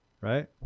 right